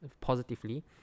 positively